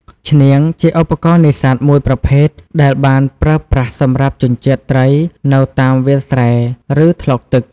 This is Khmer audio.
ឈ្នាង ជាឧបករណ៍នេសាទមួយប្រភេទដែលត្រូវបានប្រើប្រាស់សម្រាប់ជញ្ជាត់ត្រីនៅតាមវាលស្រែ ឬថ្លុកទឹក។